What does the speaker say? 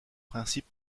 principe